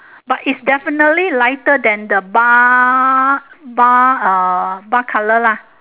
but is definitely lighter than the bar bar uh bar colour lah